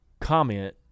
comment